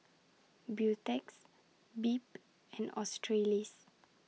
Beautex Bebe and Australis